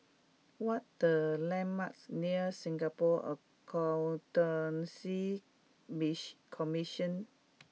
what the landmarks near Singapore Accountancy mission Commission